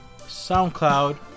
SoundCloud